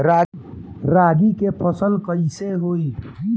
रागी के फसल कईसे होई?